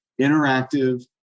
interactive